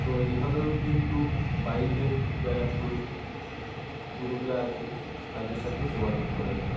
তো এইভাবেও কিন্তু বাইকের যারা গ্রুপ গ্রুপরা আছে তাদের সাথে যোগাযোগ করা যায়